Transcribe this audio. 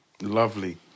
lovely